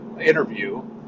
interview